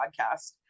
podcast